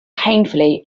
painfully